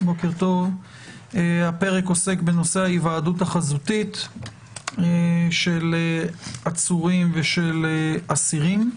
הפרק עוסק בהיוועדות החזותית של עצורים ושל אסירים.